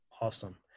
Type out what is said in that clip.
Awesome